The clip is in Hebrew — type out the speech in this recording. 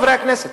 חברי הכנסת.